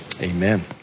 Amen